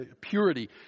Purity